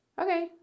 okay